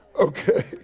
Okay